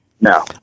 No